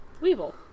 Weevil